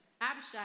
Abishai